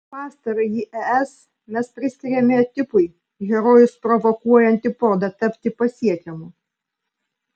pastarąjį es mes priskiriame tipui herojus provokuoja antipodą tapti pasiekiamu